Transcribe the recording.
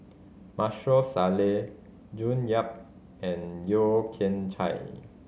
Maarof Salleh June Yap and Yeo Kian Chai